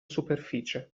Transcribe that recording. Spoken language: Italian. superficie